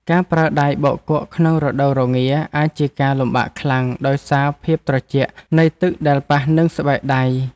ការប្រើដៃបោកគក់ក្នុងរដូវរងាអាចជាការលំបាកខ្លាំងដោយសារភាពត្រជាក់នៃទឹកដែលប៉ះនឹងស្បែកដៃ។